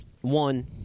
one